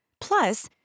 Plus